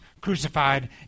crucified